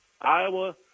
Iowa